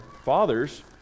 fathers